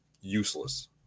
useless